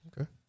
Okay